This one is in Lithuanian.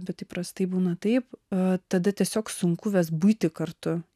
bet įprastai būna taip o tada tiesiog sunku vest buitį kartu